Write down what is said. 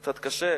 קצת קשה,